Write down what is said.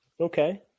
Okay